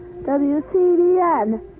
WCBN